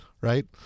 right